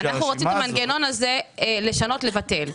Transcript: אנחנו רוצים את המנגנון הזה לשנות, לבטל.